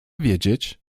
wiedzieć